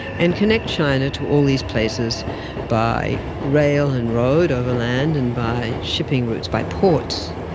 and connect china to all these places by rail and road over land and by shipping routes, by ports.